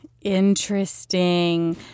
Interesting